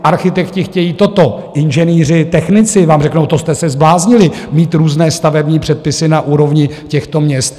Architekti chtějí toto, inženýři, technici vám řeknou: To jste se zbláznili, mít různé stavební předpisy na úrovni těchto měst.